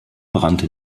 brannte